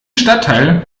stadtteil